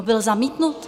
Byl zamítnut.